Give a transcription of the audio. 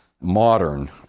modern